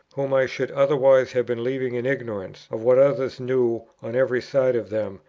whom i should otherwise have been leaving in ignorance of what others knew on every side of them,